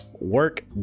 work